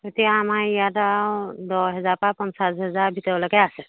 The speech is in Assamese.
এতিয়া আমাৰ ইয়াত আৰু দহ হেজাৰৰ পৰা পঞ্চাছ হেজাৰৰ ভিতৰলৈকে আছে